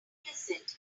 innocent